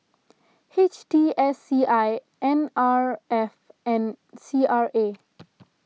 H T S C I N R F and C R A